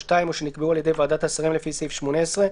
או (2) או שנקבעו על ידי ועדת השרים לפי סעיף 18,